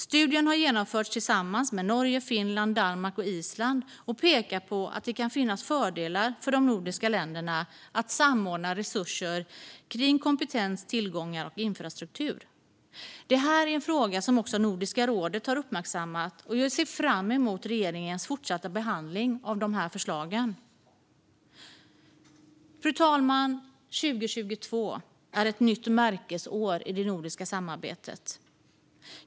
Studien har genomförts tillsammans med Norge, Finland, Danmark och Island och pekar på att det kan finnas fördelar för de nordiska länderna att samordna resurser kring kompetens, tillgångar och infrastruktur. Detta är en fråga som också Nordiska rådet har uppmärksammat, och jag ser fram emot regeringens fortsatta behandling av dessa förslag. Fru talman! År 2022 är ett nytt märkesår i det nordiska samarbetet.